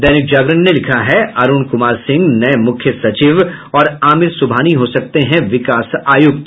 दैनिक जागरण ने लिखा है अरूण कुमार सिंह नये मुख्य सचिव और आमिर सुब्हानी हो सकते हैं विकास आयुक्त